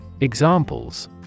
Examples